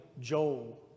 Joel